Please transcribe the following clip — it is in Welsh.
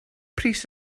pris